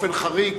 באופן חריג.